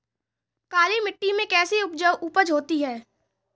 काली मिट्टी में कैसी उपज होती है?